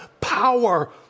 power